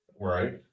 Right